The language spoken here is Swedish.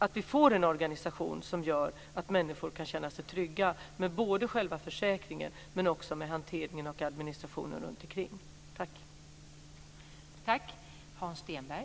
Vi vill skapa en organisation som gör att människor kan känna sig trygga med både själva försäkringen och hanteringen och administrationen runtomkring.